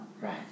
Right